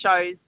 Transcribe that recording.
shows